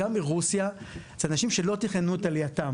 ומרוסיה הם אנשים שלא תכננו את עלייתם.